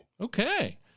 Okay